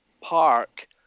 park